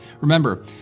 Remember